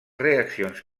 reaccions